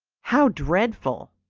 how dreadful!